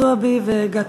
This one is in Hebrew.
זועבי וגטאס.